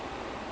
mm